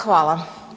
Hvala.